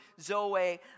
Zoe